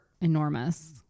enormous